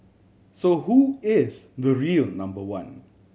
so who is the real number one